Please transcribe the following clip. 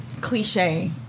cliche